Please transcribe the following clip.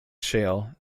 shale